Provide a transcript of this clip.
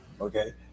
okay